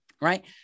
right